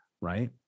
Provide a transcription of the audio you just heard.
right